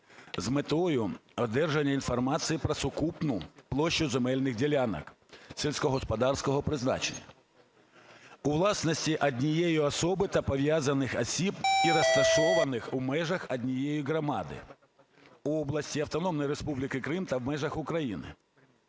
з метою одержання інформації про сукупну площу земельних ділянок сільськогосподарського призначення у власності однієї особи та пов’язаних осіб і розташованих у межах однієї громади, області, Автономної Республіки Крим та в межах України.